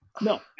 No